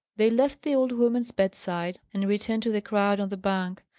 they left the old woman's bedside, and returned to the crowd on the bank.